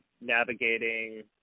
navigating